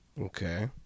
Okay